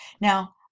Now